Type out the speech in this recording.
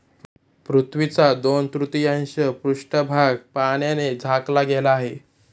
पृथ्वीचा दोन तृतीयांश पृष्ठभाग पाण्याने झाकला गेला आहे